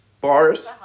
bars